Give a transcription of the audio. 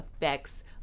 effects